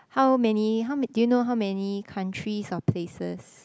how many how ma~ do you know how many countries or places